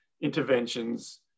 interventions